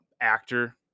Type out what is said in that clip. actor